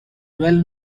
well